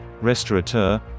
restaurateur